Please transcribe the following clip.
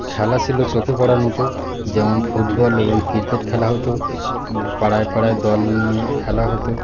খেলা ছিল চোখে পড়ার মতো যেমন ফুটবল এবং ক্রিকেট খেলা হতো পাড়ায় পাড়ায় দল নিয়ে খেলা হতো